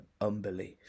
unbelief